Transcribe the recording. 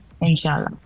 inshallah